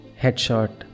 headshot